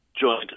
joined